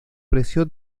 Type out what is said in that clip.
presión